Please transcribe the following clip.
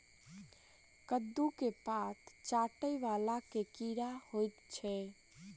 कद्दू केँ पात चाटय वला केँ कीड़ा होइ छै?